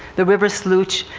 the river sluch,